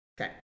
Okay